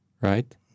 right